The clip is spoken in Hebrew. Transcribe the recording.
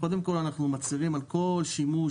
קודם כל אנחנו מצירים על כל שימוש,